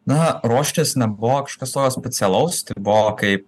na ruoštis nebuvo kažkas tokio specialaus tai buvo kai